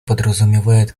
подразумевает